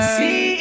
see